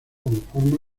como